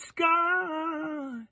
sky